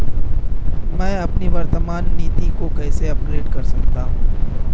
मैं अपनी वर्तमान नीति को कैसे अपग्रेड कर सकता हूँ?